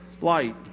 light